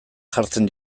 jartzen